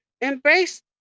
Embrace